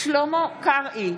שלמה קרעי,